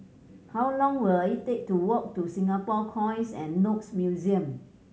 how long will it take to walk to Singapore Coins and Notes Museum